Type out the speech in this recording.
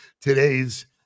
today's